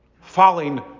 falling